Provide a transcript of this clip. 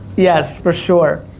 yes, for sure.